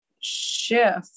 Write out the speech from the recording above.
shift